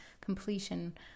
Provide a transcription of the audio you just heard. completion